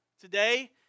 today